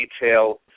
detail